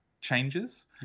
changes